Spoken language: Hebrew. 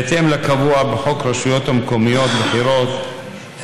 בהתאם לקבוע בחוק הרשויות המקומיות (בחירות),